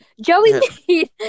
Joey